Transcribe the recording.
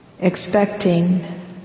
expecting